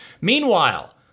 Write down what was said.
Meanwhile